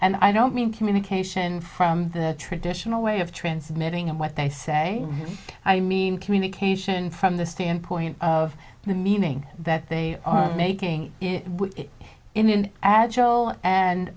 and i don't mean communication from the traditional way of transmitting and what they say i mean communication from the standpoint of the meaning that they are making in an agile and